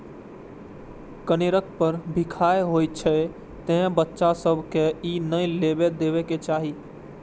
कनेरक फर बिखाह होइ छै, तें बच्चा सभ कें ई नै लेबय देबाक चाही